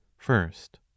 First